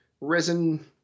resin